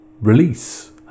release